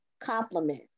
compliment